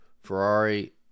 Ferrari